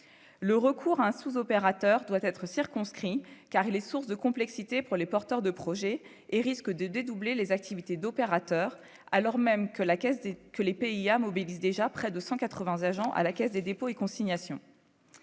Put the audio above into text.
le recours à un sous-opérateur doit être circonscrit, car il est source de complexité pour les porteurs de projets et risque de dédoubler les activités d'opérateur, alors même que la Caisse dès que les pays à mobilise déjà près de 180 agents à la Caisse des dépôts et consignations,